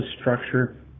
structure